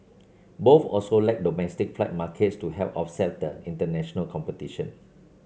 both also lack domestic flight markets to help offset the international competition